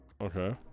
Okay